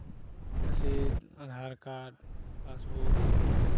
रसीद आधारकार्ड पासबुक